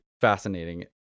fascinating